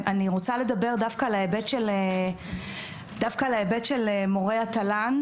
אני רוצה לדבר דווקא על ההיבט של מורה התל"ן,